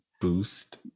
Boost